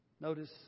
Notice